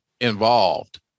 involved